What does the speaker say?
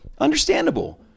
understandable